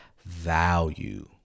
value